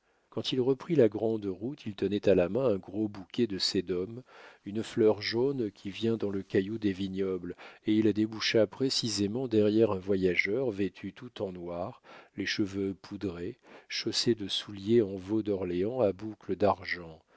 quand il reprit la grande route il tenait à la main un gros bouquet de sedum une fleur jaune qui vient dans le caillou des vignobles et il déboucha précisément derrière un voyageur vêtu tout en noir les cheveux poudrés chaussé de souliers en veau d'orléans à boucles d'argent